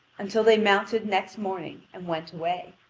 until they mounted next morning and went away.